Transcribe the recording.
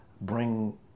bring